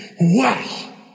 wow